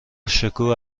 شکوه